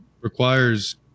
requires